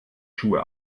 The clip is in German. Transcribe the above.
schuhe